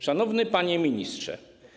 Szanowny Panie Ministrze!